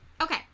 Okay